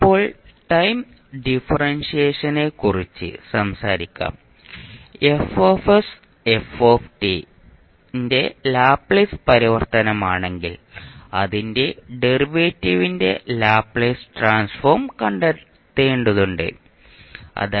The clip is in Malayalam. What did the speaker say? ഇപ്പോൾ ടൈം ഡിഫറൻഷിയേഷനെക്കുറിച്ച് സംസാരിക്കാം F f ന്റെ ലാപ്ലേസ് പരിവർത്തനമാണെങ്കിൽ അതിന്റെ ഡെറിവേറ്റീവിന്റെ ലാപ്ലേസ് ട്രാൻസ്ഫോം കണ്ടെത്തേണ്ടതുണ്ട് അതായത്